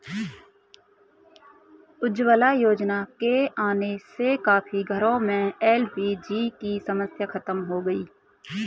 उज्ज्वला योजना के आने से काफी घरों में एल.पी.जी की समस्या खत्म हो गई